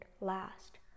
last